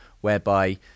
whereby